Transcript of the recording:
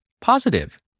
positive